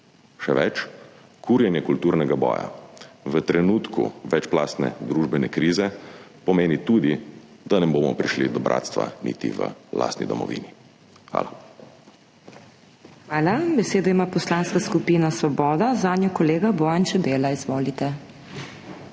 Še več, kurjenje kulturnega boja v trenutku večplastne družbene krize pomeni tudi, da ne bomo prišli do bratstva niti v lastni domovini. Hvala. **PODPREDSEDNICA MAG. MEIRA HOT:** Hvala. Besedo ima Poslanska skupina Svoboda, zanjo kolega Bojan Čebela. Izvolite.